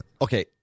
Okay